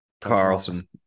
Carlson